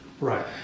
Right